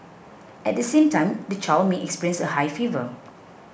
at the same time the child may experience a high fever